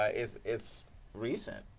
ah is is recent.